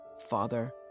father